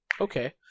Okay